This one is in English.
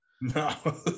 No